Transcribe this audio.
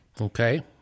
Okay